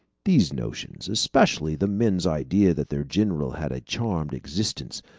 these notions, especially the men's idea that their general had a charmed existence,